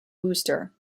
wooster